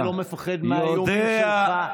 ואני לא מפחד מהאיום שלך.